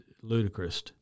ludicrous